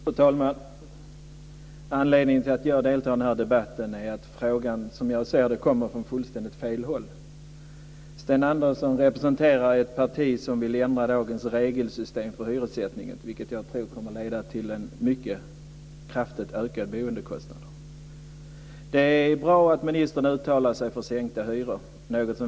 Fru talman! Anledningen till att jag deltar i debatten är att frågan kommer, som jag ser det, från fullständigt fel hål. Sten Andersson representerar ett parti som vill ändra dagens regelsystem för hyressättningen, vilket jag tror kommer att leda till mycket kraftigt ökade boendekostnader. Det är bra att ministern uttalar sig för sänkta hyror.